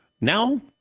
Now